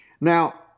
Now